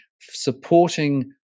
supporting